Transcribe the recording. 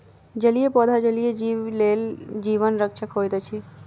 जलीय पौधा जलीय जीव लेल जीवन रक्षक होइत अछि